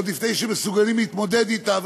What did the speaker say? עוד לפני שהם מסוגלים להתמודד עמה",